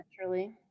naturally